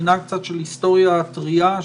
מבחינת היסטוריה טרייה,